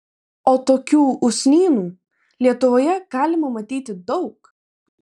o tokių usnynų lietuvoje galima matyti daug